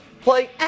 play